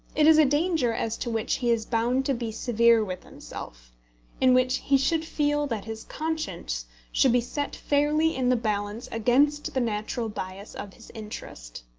it is a danger as to which he is bound to be severe with himself in which he should feel that his conscience should be set fairly in the balance against the natural bias of his interest.